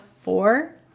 four